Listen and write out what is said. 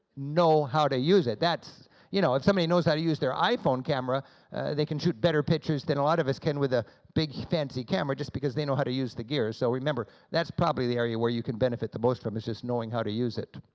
know how to use it that's you know, if somebody knows how to use their iphone camera they can shoot better pictures than a lot of us can with a big fancy camera just because they know how to use the gear, so remember that's probably the area where you can benefit the most from, is just knowing how to use it.